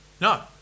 No